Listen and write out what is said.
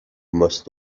must